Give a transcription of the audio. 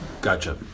Gotcha